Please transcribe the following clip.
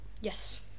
Yes